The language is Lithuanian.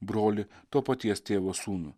brolį to paties tėvo sūnų